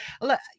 look